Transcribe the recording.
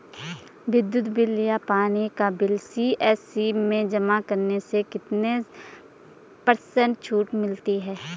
विद्युत बिल या पानी का बिल सी.एस.सी में जमा करने से कितने पर्सेंट छूट मिलती है?